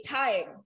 time